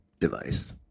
device